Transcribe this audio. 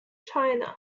china